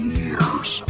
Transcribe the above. years